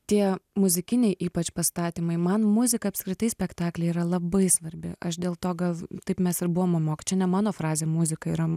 tie muzikiniai ypač pastatymai man muzika apskritai spektakly yra labai svarbi aš dėl to gal taip mes ir buvom momok čia ne mano frazė muzika yra